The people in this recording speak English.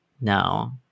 no